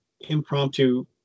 impromptu